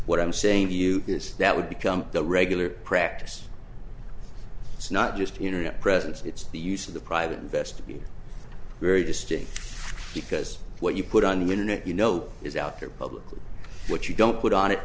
what i'm saying to you is that would become the regular practice it's not just internet presence it's the use of the private investigator very distinct because what you put on the internet you know is out there publicly what you don't put on it